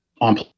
on